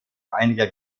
einiger